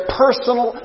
personal